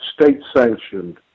state-sanctioned